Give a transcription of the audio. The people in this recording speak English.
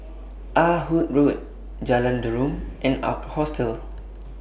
Ah Hood Road Jalan Derum and Ark Hostel